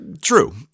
true